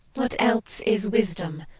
what else is wisdom?